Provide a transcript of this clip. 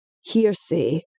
Hearsay